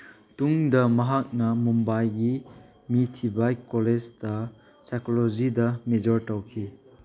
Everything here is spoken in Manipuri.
ꯇꯨꯡꯗ ꯃꯍꯥꯛꯅ ꯃꯨꯝꯕꯥꯏꯒꯤ ꯃꯤꯊꯤꯕꯥꯏ ꯀꯣꯂꯦꯖꯇ ꯁꯥꯏꯀꯣꯂꯣꯖꯤꯗ ꯃꯦꯖꯣꯔ ꯇꯧꯈꯤ